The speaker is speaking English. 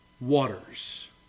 waters